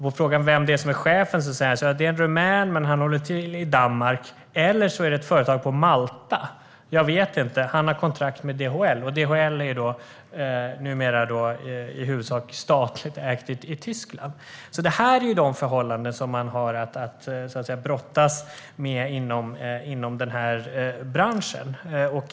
På frågan vem som är chef svarar han att det är en rumän som håller till i Danmark eller också ligger företaget på Malta. Den rumänske föraren vet inte, för han har kontrakt med DHL. DHL är numera i huvudsak statligt ägt i Tyskland. Detta är de förhållanden som man har att brottas med inom branschen.